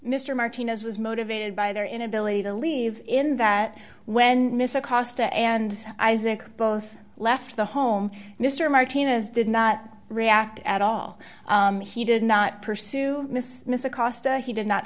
mr martinez was motivated by their inability to leave in that when mr costin and isaac both left the home mr martinez did not react at all he did not pursue miss miss acosta he did not